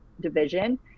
division